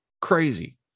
Crazy